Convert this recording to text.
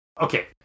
Okay